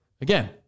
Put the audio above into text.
Again